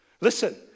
Listen